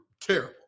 Terrible